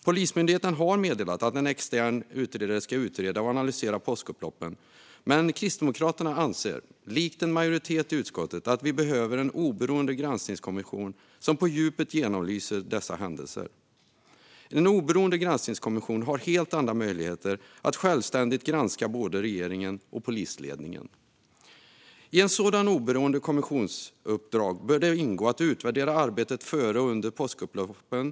Polismyndigheten har meddelat att en extern utredare ska utreda och analysera påskupploppen, men Kristdemokraterna anser, i likhet med en majoritet i utskottet, att vi behöver en oberoende granskningskommission som på djupet genomlyser dessa händelser. En oberoende granskningskommission har helt andra möjligheter att självständigt granska både regeringen och polisledningen. I en sådan oberoende kommissions uppdrag bör bland annat ingå att utvärdera arbetet före och under påskupploppen.